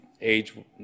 age